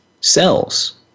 cells